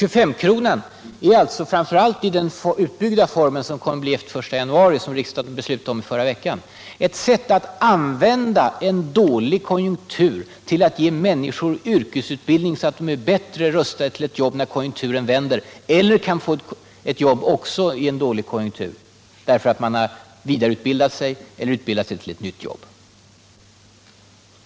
25-kronan är alltså —- framför allt i den utbyggda form som träder i kraft fr.o.m. den 1 januari och som riksdagen beslutade om förra veckan — ett sätt att använda en dålig konjunktur till att ge människor yrkesutbildning, antingen i form av vidareutbildning eller utbildning för ett nytt yrke, så att de är bättre rustade att få ett jobb antingen under rådande dåliga konjunkturer eller när konjunkturen vänder.